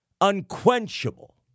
unquenchable